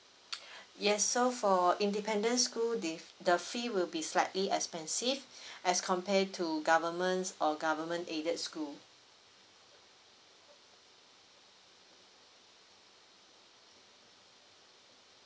yes so for independent school they've the fee will be slightly expensive as compare to governments or government aided school